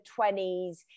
20s